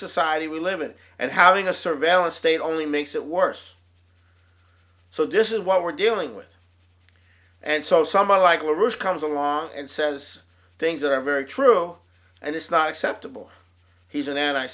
society we live in and having a surveillance state only makes it worse so this is what we're dealing with and so someone like louis comes along and says things that are very true and it's not acceptable he's an anti